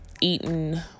eaten